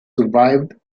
survived